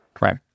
right